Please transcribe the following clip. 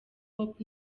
hop